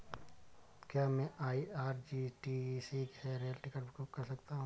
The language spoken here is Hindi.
क्या मैं आई.आर.सी.टी.सी से रेल टिकट बुक कर सकता हूँ?